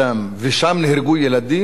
שם נהרגו ילדים,